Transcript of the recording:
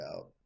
out